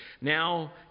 Now